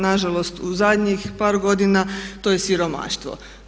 Na žalost u zadnjih par godina to je siromaštvo.